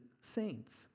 saints